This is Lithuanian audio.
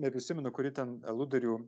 neprisimenu kuri ten aludarių